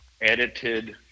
edited